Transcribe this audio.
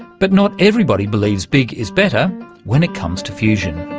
but not everybody believes big is better when it comes to fusion.